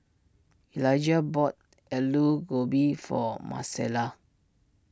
Elijah bought Alu Gobi for Marcella